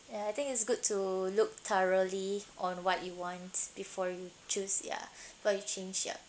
ya I think it's good to look thoroughly on what you want before you choose ya before you change ya